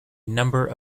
number